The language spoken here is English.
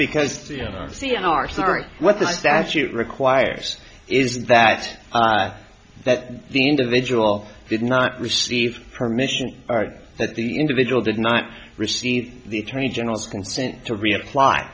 because the cia are sorry what the statute requires is that that the individual did not receive permission or that the individual did not receive the attorney general's consent to reapply